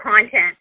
content